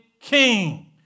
king